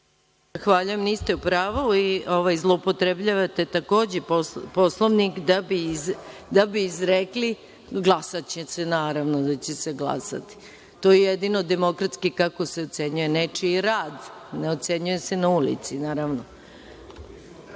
Zahvaljujem. Niste u pravu i zloupotrebljavate takođe Poslovnik da bi izrekli ….Glasaće se, naravno da će se glasati. To je jedino demokratski kako se ocenjuje nečiji rad. Ne ocenjuje se na ulici naravno.(Zoran